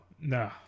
No